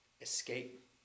escape